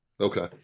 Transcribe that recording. Okay